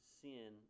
sin